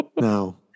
No